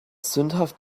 sündhaft